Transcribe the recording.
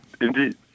indeed